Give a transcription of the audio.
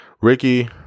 Ricky